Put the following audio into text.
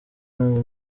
ngo